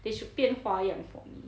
they should 变花样 for me